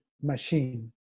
machine